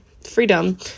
freedom